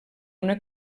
una